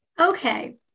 Okay